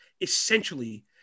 essentially